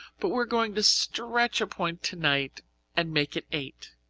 but we are going to stretch a point tonight and make it eight.